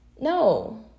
no